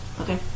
Okay